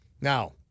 Now